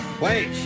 Wait